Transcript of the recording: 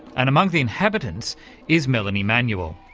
and among the inhabitants is melanie manuel.